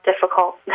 difficult